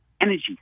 energy